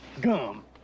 Gum